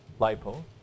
lipo